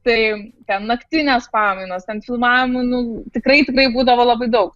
tai ten naktines pamainas ten filmavimų nu tikrai tikrai būdavo labai daug